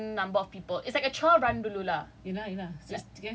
they will ask you to get a certain number of people it's like a trial run dulu lah